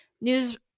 news